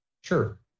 Sure